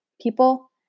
People